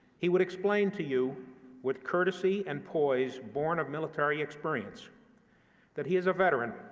he would explain to you with courtesy and poise borne of military experience that he is a veteran,